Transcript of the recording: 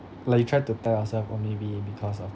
like you try to tell ourself oh maybe because of